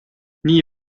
nii